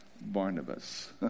Barnabas